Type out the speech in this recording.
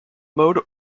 mode